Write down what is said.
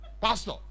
Pastor